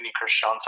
Christian